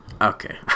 Okay